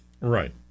Right